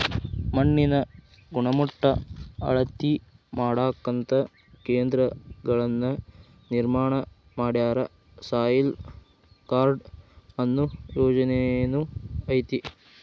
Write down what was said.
ಮಣ್ಣಿನ ಗಣಮಟ್ಟಾ ಅಳತಿ ಮಾಡಾಕಂತ ಕೇಂದ್ರಗಳನ್ನ ನಿರ್ಮಾಣ ಮಾಡ್ಯಾರ, ಸಾಯಿಲ್ ಕಾರ್ಡ ಅನ್ನು ಯೊಜನೆನು ಐತಿ